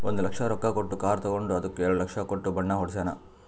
ಒಂದ್ ಲಕ್ಷ ರೊಕ್ಕಾ ಕೊಟ್ಟು ಕಾರ್ ತಗೊಂಡು ಅದ್ದುಕ ಎರಡ ಲಕ್ಷ ಕೊಟ್ಟು ಬಣ್ಣಾ ಹೊಡ್ಸ್ಯಾನ್